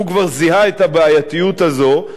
הוא כבר זיהה את הבעייתיות הזו,